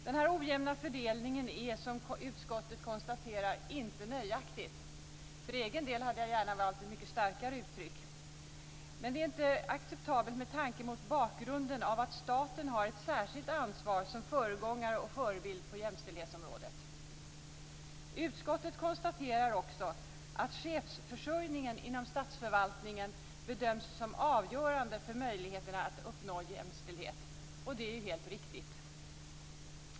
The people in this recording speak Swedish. Den här ojämna fördelningen är, som utskottet konstaterar, inte nöjaktig. För egen del hade jag gärna valt ett mycket starkare uttryck. Den är inte acceptabel mot bakgrund av att staten har ett särskilt ansvar som föregångare och förebild på jämställdhetsområdet. Utskottet framhåller också bedömningen att chefsförsörjningen inom statsförvaltningen är avgörande för möjligheterna att uppnå jämställdhet, och det är helt riktigt.